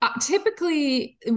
Typically